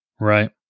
Right